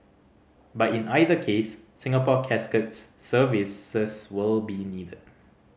but in either case Singapore Casket's services will be needed